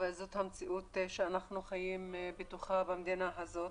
שזאת המציאות שאנחנו חיים בתוכה במדינה הזאת.